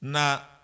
Now